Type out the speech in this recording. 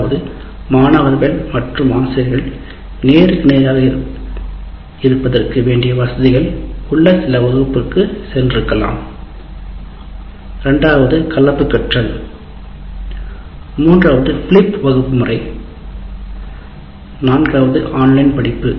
அதாவதுமாணவர்கள் மற்றும் ஆசிரியர்கள் நேருக்கு நேர் ஆக இருப்பதற்கு வேண்டிய வசதிகள் உள்ள சில வகுப்புக்கு சென்றிருக்கலாம் கலப்பு கற்றல் பீலிப் வகுப்பறை மற்றும் ஆன்லைன் படிப்பு